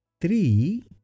Three